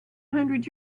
hundred